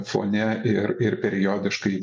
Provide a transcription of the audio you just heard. fone ir ir periodiškai